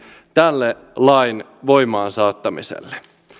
tälle lain voimaansaattamiselle